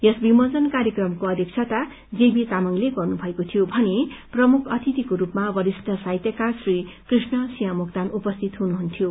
यस विमोचन कार्यक्रमको अध्यक्षता जेबी तामाङले गर्नुमएको थियो भने प्रमुख अतिथिको रूपमा वरिष्ठ साहित्यकार श्री कृष्णसिंह मोक्तान उपस्थित हुनुहुन्थ्यो